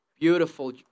Beautiful